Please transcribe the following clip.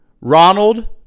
Ronald